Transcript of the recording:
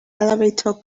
elevator